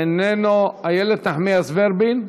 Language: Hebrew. איננו, אילת נחמיאס ורבין,